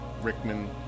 Rickman